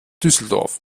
düsseldorf